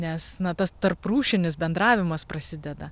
nes na tas tarprūšinis bendravimas prasideda